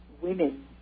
women